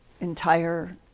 entire